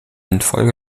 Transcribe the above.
infolge